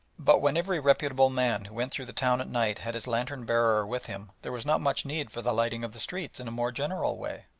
but when every reputable man who went through the town at night had his lantern-bearer with him there was not much need for the lighting of the streets in a more general way,